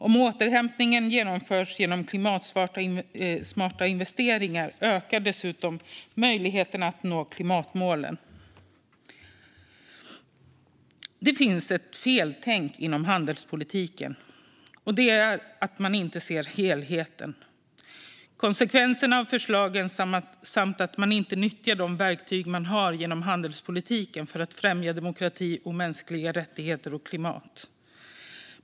Om återhämtningen genomförs med hjälp av klimatsmarta investeringar ökar dessutom möjligheterna att nå klimatmålen. Det finns ett feltänk inom handelspolitiken, nämligen att man inte ser helheten. Det handlar om konsekvenserna av förslagen och att man inte nyttjar de verktyg som finns i handelspolitiken för att främja demokrati, mänskliga rättigheter och klimat.